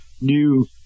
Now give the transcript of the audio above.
new